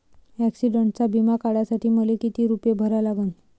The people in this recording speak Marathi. ॲक्सिडंटचा बिमा काढा साठी मले किती रूपे भरा लागन?